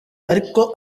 ariko